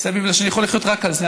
אני יכול לחיות רק על זה.